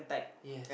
yes